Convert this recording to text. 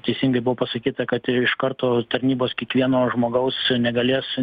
teisingai buvo pasakyta kad iš karto tarnybos kiekvieno žmogaus negalės